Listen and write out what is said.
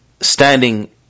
standing